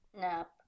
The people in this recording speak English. Nap